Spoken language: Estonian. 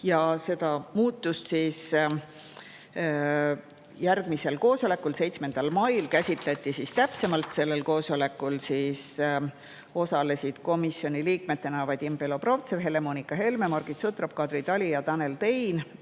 ja seda muudatust järgmisel koosolekul, 7. mail käsitleti täpsemalt. Sellel koosolekul osalesid komisjoni liikmetena Vadim Belobrovtsev, Helle-Moonika Helme, Margit Sutrop, Kadri Tali ja Tanel Tein.